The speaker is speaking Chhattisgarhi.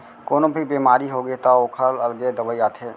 कोनो भी बेमारी होगे त ओखर अलगे दवई आथे